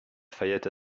fayette